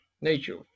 nature